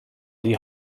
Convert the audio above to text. die